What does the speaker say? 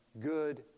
good